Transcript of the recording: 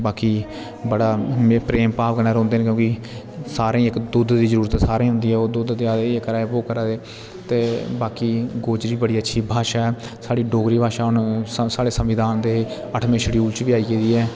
बाकी बड़ा प्रेम भाव कन्ने रोंह्ंदे न क्युकी सारे इक दूए दी ज़रूरत सारे दी होंदी ऐ दूध देया दे ऐ करा दे ओह् करा दे बाकी गोजरी बड़ी अच्छी भाशा ऐ साढ़ी डोगरी भाशा हुन साढ़े सविधान दे अठ्ठवें शडूले च बी आयी गेदी ऐ